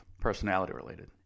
Personality-related